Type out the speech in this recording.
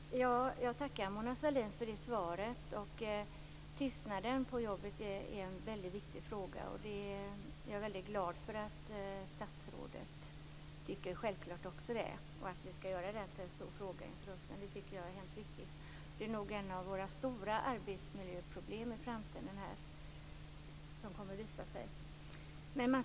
Fru talman! Jag tackar Mona Sahlin för det svaret. Tystnaden på jobbet är en väldigt viktig fråga, och jag är glad att statsrådet också tycker att vi skall göra detta till en stor fråga inför hösten. Det tycker jag är hemskt viktigt. Detta kommer nog att visa sig vara ett av våra stora arbetsmiljöproblem i framtiden.